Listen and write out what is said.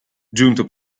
giunto